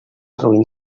roín